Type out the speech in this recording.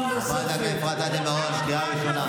לא ניתן לך להרוס את הדמוקרטיה הישראלית.